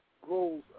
grows